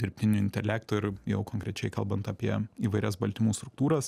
dirbtiniu intelektu ir jau konkrečiai kalbant apie įvairias baltymų struktūras